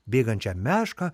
bėgančią mešką